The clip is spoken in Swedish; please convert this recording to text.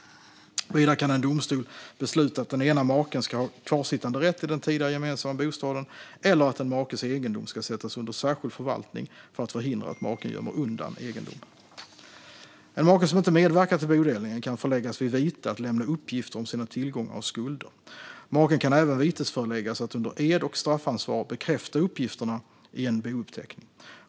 Vidare kan en domstol besluta att den ena maken ska ha kvarsittanderätt i den tidigare gemensamma bostaden eller att en makes egendom ska sättas under särskild förvaltning för att förhindra att maken gömmer undan egendom. En make som inte medverkar vid bodelningen kan föreläggas vite när det gäller att lämna uppgifter om sina tillgångar och skulder. Maken kan även vitesföreläggas att under ed och straffansvar bekräfta uppgifterna i en bouppteckning.